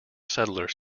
settlers